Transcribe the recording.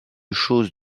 choses